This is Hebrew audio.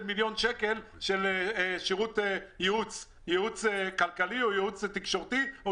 מיליון שקל של שירות ייעוץ כלכלי או ייעוץ תקשורתי.